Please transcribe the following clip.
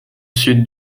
sud